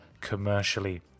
commercially